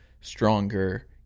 stronger